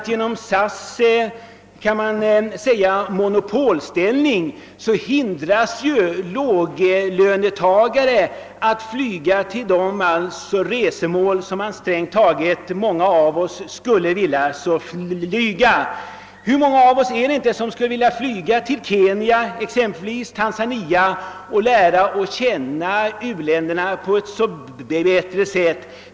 Genom den monopolställning SAS har fått hindras nu låglönetagare att flyga till platser som många av dem skulle vilja besöka. Hur många är det inte som skulle vilja flyga till exempelvis Kenya eller Tanzania och lära känna u-länderna på ett bättre sätt?